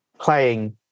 playing